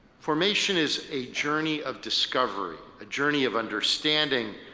formation is a journey of discovery, a journey of understanding,